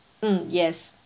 mm yes